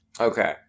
Okay